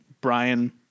Brian